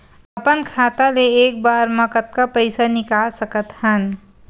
अपन खाता ले एक बार मा कतका पईसा निकाल सकत हन?